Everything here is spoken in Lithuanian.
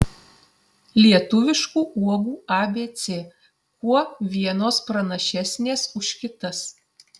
lietuviškų uogų abc kuo vienos pranašesnės už kitas